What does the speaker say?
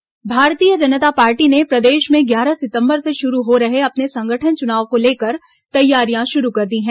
भाजपा संगठन चुनाव भारतीय जनता पार्टी ने प्रदेश में ग्यारह सितंबर से शुरू हो रहे अपने संगठन चुनाव को लेकर तैयारियां शुरू कर दी गई हैं